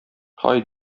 һай